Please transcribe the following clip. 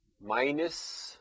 minus